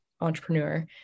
entrepreneur